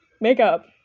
Makeup